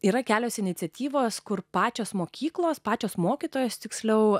yra kelios iniciatyvos kur pačios mokyklos pačios mokytojos tiksliau